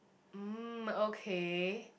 mm okay